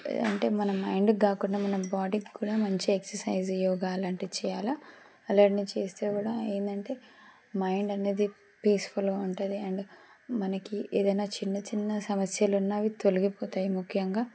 అంటే మన మైండ్కి కాకుండా మన బాడీకి కూడా మంచి ఎక్ససైజ్ యోగా అలాంటివి చేయాలి అలా అన్ని చేస్తే కూడా ఏమిటి అంటే మైండ్ అనేది పీస్ఫుల్గా ఉంటుంది అండ్ మనకి ఏదైనా చిన్న చిన్న సమస్యలు ఉన్నా అవి తొలగిపోతాయి ముఖ్యంగా